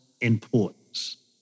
importance